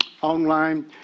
online